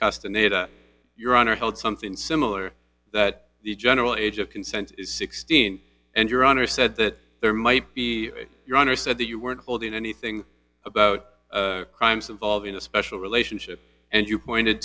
custom made your honor hold something similar that the general age of consent is sixteen and your honor said that there might be your honor said that you weren't holding anything about crimes involving a special relationship and you pointed